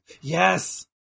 Yes